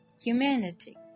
humanity